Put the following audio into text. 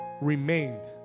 remained